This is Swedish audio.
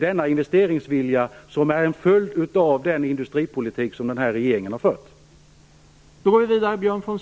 Denna investeringsvilja är en följd av den industripolitik som den här regeringen har fört.